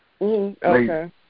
Okay